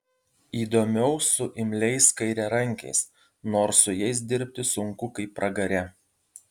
įdomiau su imliais kairiarankiais nors su jais dirbti sunku kaip pragare